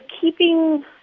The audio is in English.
keeping